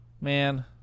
Man